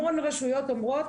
המון רשויות אומרות: